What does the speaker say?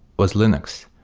was linux.